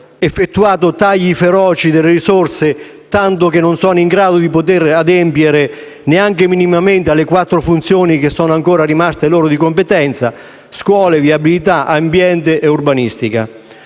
effettuato tagli feroci delle risorse, tanto che le Province non sono in grado di poter adempiere neanche minimamente alle quattro funzioni che sono ancora rimaste di loro competenza: scuola, viabilità, ambiente e urbanistica.